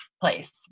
place